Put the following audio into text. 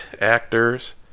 actors